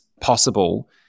possible